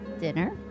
dinner